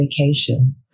vacation